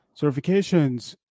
certifications